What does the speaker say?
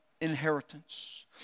inheritance